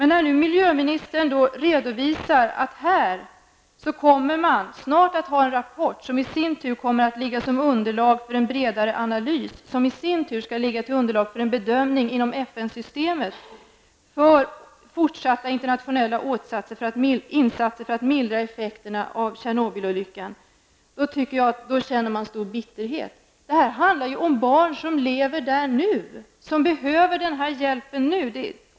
När nu miljöministern redovisar att här kommer man snart att ha en rapport som i sin tur kommer att utgöra underlag för en bredare analys, som i sin tur skall utgöra underlag för en bedömning inom FN för fortsatta internationella insatser för att mildra effekterna av Tjernobylolyckan, då känner jag stor bitterhet. Detta handlar ju om barn som nu lever i Tjernobyl och som behöver den här hjälpen nu!